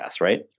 right